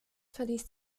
verließ